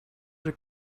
the